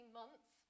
months